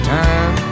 time